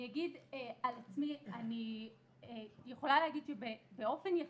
אני אגיד על עצמי: אני יכולה להגיד שבאופן יחסי,